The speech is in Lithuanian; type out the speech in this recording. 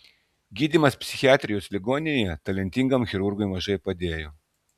gydymas psichiatrijos ligoninėje talentingam chirurgui mažai padėjo